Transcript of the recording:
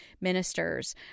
ministers